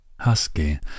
Husky